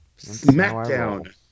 Smackdown